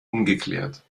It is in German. ungeklärt